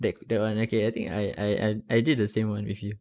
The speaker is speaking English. that that [one] okay I think I I I did the same [one] with you